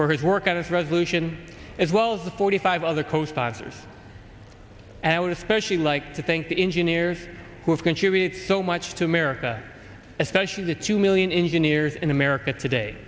for his work at this resolution as well as the forty five other co sponsors and i would especially like to thank the engineers who have contributed so much to america especially to two million engineers in america today